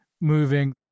moving